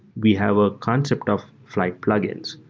we have a concept of flyte plugins.